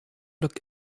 block